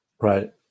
Right